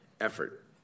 effort